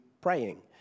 praying